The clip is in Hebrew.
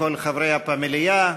כל חברי הפמליה,